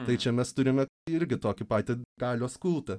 tai čia mes turime irgi tokį patį galios kultą